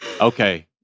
okay